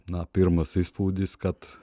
na pirmas įspūdis kad